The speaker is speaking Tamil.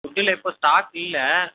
உட்டில் இப்போ ஸ்டாக் இல்லை